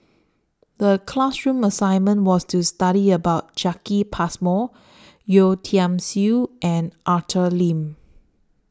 The class assignment was to study about Jacki Passmore Yeo Tiam Siew and Arthur Lim